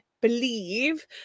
believe